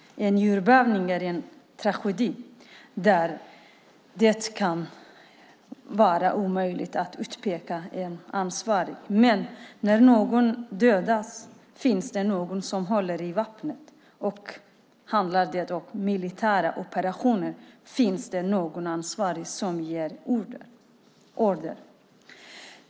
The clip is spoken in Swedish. En jordbävning är en tragedi där det kan vara omöjligt att utpeka en ansvarig. Men när någon dödas finns det någon som håller i vapnet, och handlar det om militära operationer finns det någon ansvarig som ger order.